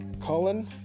Colin